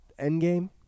Endgame